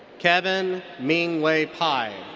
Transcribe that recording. kevin ming-wei pi.